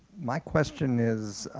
my question is,